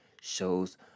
shows